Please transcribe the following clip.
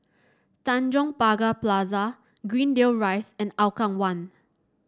Tanjong Pagar Plaza Greendale Rise and Hougang One